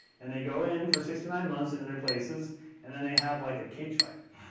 and they go in for six to nine months in in their places and then they have like a cage fight.